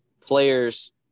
players